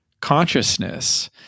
consciousness